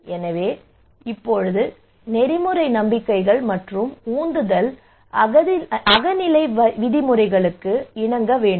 எனவே இப்போது நெறிமுறை நம்பிக்கைகள் மற்றும் உந்துதல் அகநிலை விதிமுறைகளுக்கு இணங்க வேண்டும்